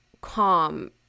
calm